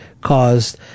caused